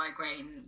migraine